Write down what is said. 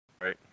Right